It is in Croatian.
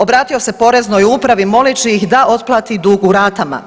Obratio se Poreznoj upravi moleći ih da otplati dug u ratama.